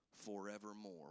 forevermore